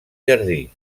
jardí